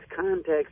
context